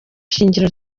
shingiro